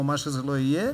או מה שזה לא יהיה,